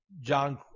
John